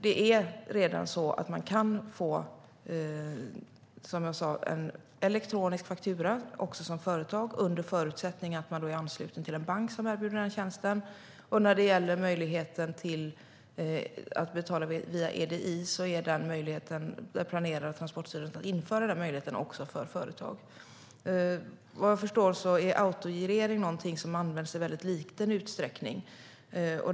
Det är redan så att man kan få, som jag sa, en elektronisk faktura också som företag under förutsättning att man är ansluten till en bank som erbjuder denna tjänst. När det gäller att betala via EDI planerar Transportstyrelsen att införa denna möjlighet även för företag. Såvitt jag förstår är autogirering någonting som används i mycket liten utsträckning.